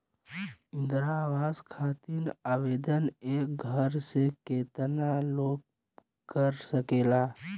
इंद्रा आवास खातिर आवेदन एक घर से केतना लोग कर सकेला?